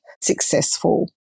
successful